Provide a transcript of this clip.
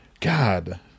God